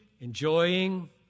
enjoying